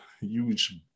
huge